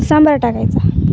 सांबार टाकायचा